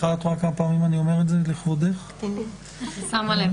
תחנת הביניים הזאת היא המורכבת,